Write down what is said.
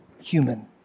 human